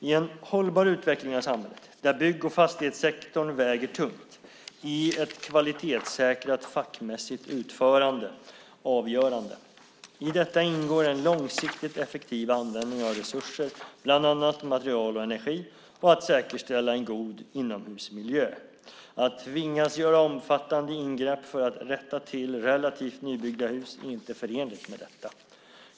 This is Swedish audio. I en hållbar utveckling av samhället, där bygg och fastighetssektorn väger tungt, är ett kvalitetssäkrat fackmässigt utförande avgörande. I detta ingår en långsiktigt effektiv användning av resurser, bland annat material och energi, och att säkerställa en god inomhusmiljö. Att tvingas göra omfattande ingrepp för att rätta till relativt nybyggda hus är inte förenligt med detta.